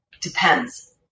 Depends